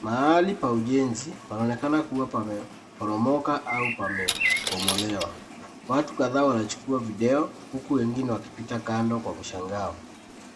Mahali pa ujenzi panaonekana kuwa pameporomoka au pamebomolewa, watu kadhaa wanachukua video huku wengine wanapita kando kwa mshangao.